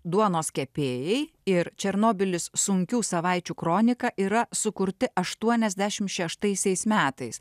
duonos kepėjai ir černobylis sunkių savaičių kronika yra sukurti aštuoniasdešim šeštaisiais metais